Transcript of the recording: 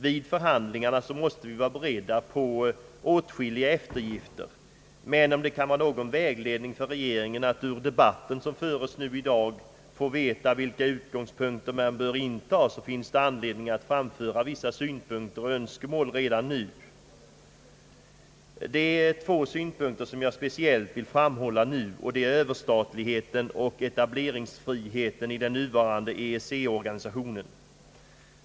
Vid förhandlingar måste vi vara beredda på åtskilliga eftergifter, men om det kan vara någon vägledning för regeringen att ur de debatter som föres nu i dag få veta vilka utgångspunkter man bör inta så finns det anledning att framföra synpunkter och önskemål redan nu. Det är två punkter som jag speciellt vill framhålla nu, och det är överstatligheten och etableringsfriheten i den nuvarande <EEC-organisationen.